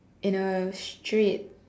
in a straight